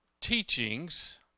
teachings